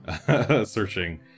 searching